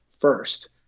first